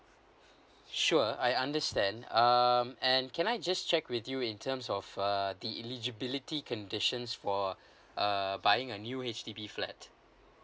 sure I understand um and can I just check with you in terms of uh the eligibility conditions for uh buying a new H_D_B flat